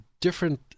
different